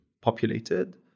populated